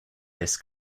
this